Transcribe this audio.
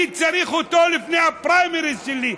אני צריך אותו לפני הפריימריז שלי.